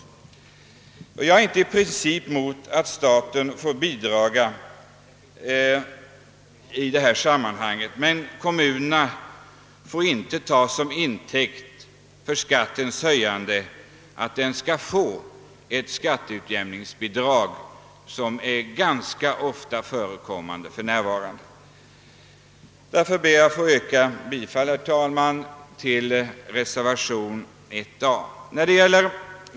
I princip har jag ingenting emot att staten lämnar bidrag i detta sammanhang, men kommunerna bör inte ta skatteutjämningsbidragen som intäkt för skattehöjningar, såsom förekommer ganska ofta för närvarande. Herr talman! Jag ber därför att få yrka bifall till reservation 1 a.